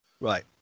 Right